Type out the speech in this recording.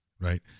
right